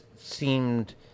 seemed